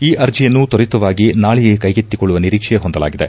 ಈ ಅರ್ಜಿಯನ್ನು ತ್ವರಿತವಾಗಿ ನಾಳಿಯೇ ಕೈಗೆತ್ತಿಕೊಳ್ಳುವ ನಿರೀಕ್ಷೆ ಹೊಂದಲಾಗಿದೆ